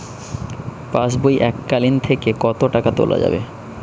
পাশবই এককালীন থেকে কত টাকা তোলা যাবে?